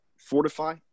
fortify